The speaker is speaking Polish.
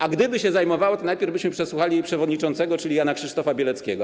A gdyby się zajmowała, to najpierw byśmy przesłuchali jej przewodniczącego, czyli Jana Krzysztofa Bieleckiego.